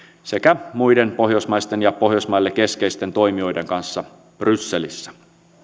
sekä muiden pohjoismaisten ja pohjoismaille keskeisten toimijoiden kanssa brysselissä